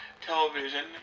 television